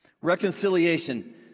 Reconciliation